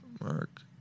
Mark